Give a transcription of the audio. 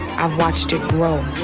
i've watched it grow.